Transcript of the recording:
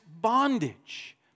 bondage